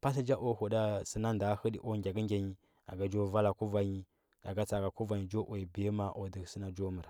patlɚ nja o huɗa sɚ na ndɚ hɚdɚ a ga njo vala kuvan nyi aga tsa, aga kuvanyi jo uya biyama o dɚhɚ sɚ jon ja mɚre